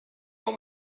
want